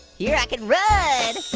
here i can run,